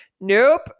Nope